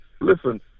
listen